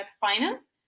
finance